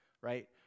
right